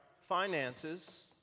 finances